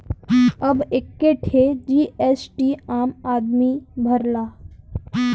अब एक्के ठे जी.एस.टी आम आदमी भरला